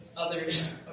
others